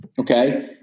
Okay